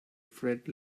fred